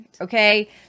okay